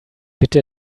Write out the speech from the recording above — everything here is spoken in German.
bitte